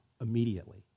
immediately